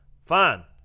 Fine